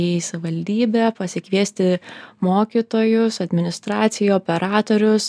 į savivaldybę pasikviesti mokytojus administraciją operatorius